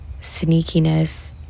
sneakiness